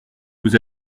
vous